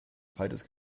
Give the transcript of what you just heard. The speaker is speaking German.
falsches